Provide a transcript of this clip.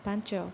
ପାଞ୍ଚ